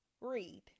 read